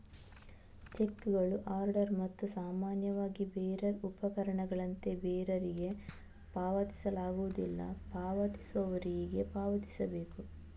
ಚೆಕ್ಕುಗಳು ಆರ್ಡರ್ ಮತ್ತು ಸಾಮಾನ್ಯವಾಗಿ ಬೇರರ್ ಉಪಪಕರಣಗಳಂತೆ ಬೇರರಿಗೆ ಪಾವತಿಸಲಾಗುವುದಿಲ್ಲ, ಪಾವತಿಸುವವರಿಗೆ ಪಾವತಿಸಬೇಕು